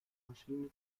maschine